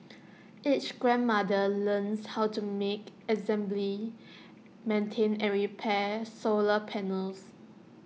each grandmother learns how to make assembly maintain and repair solar panels